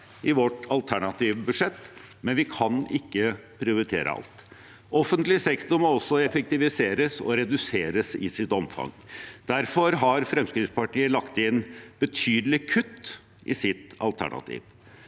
i vårt alternative budsjett, men vi kan ikke prioritere alt. Offentlig sektor må også effektiviseres og reduseres i omfang. Derfor har Fremskrittspartiet lagt inn betydelige kutt i sitt alternativ.